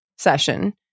session